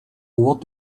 what